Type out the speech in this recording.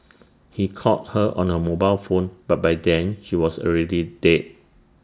he called her on her mobile phone but by then she was already dead